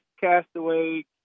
castaway